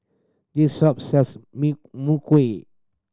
this shop sells